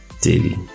daily